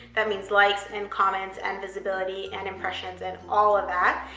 that means likes and comments and visibility and impressions and all of that,